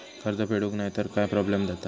कर्ज फेडूक नाय तर काय प्रोब्लेम जाता?